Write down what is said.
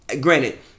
Granted